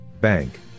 Bank